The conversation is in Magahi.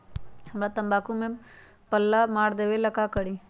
हमरा तंबाकू में पल्ला मार देलक ये ला का करी?